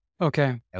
Okay